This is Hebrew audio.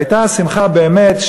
והייתה שמחה באמת,